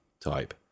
type